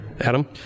adam